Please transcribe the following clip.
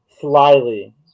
slyly